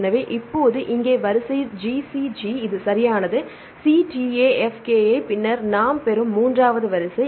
எனவே இப்போது இங்கே வரிசை GCG இது சரியானது C TA F KI பின்னர் நாம் பெறும் மூன்றாவது வரிசை